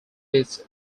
its